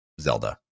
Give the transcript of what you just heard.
Zelda